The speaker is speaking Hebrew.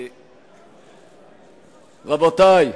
רבותי,